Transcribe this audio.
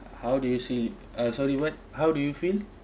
how do you see uh sorry what how do you feel